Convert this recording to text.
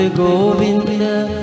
govinda